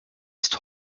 ist